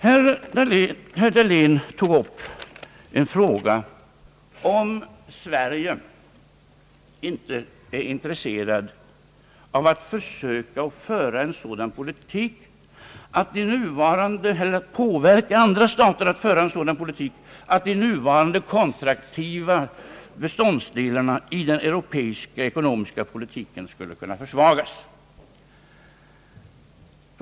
Herr Dahlén frågade om Sverige inte är intresserat av att försöka påverka andra stater ait föra en sådan politik, att de nuvarande kontraktiva beståndsdelarna i den ekonomiska politiken skulle kunna försvagas.